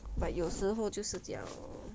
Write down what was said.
but 有时候就是这样 lor